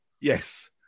Yes